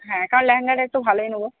হ্যাঁ কারণ লেহেঙ্গাটা একটু ভালোই নেব